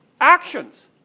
actions